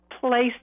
place